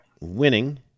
winning